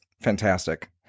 fantastic